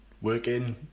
working